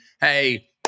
Hey